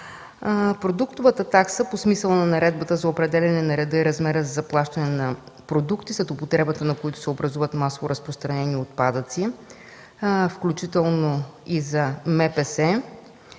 Продуктовата такса по смисъла на Наредбата за определяне на реда и размера за заплащане на продукти, след употребата на които се образуват масово разпространени отпадъци, включително и за МПС,